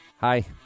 hi